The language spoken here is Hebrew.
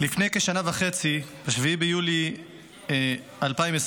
לפני כשנה וחצי, ב-7 ביולי 2022,